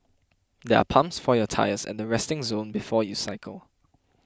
there are pumps for your tyres at the resting zone before you cycle